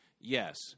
yes